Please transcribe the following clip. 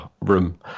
room